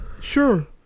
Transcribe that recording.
Sure